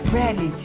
ready